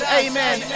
amen